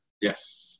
Yes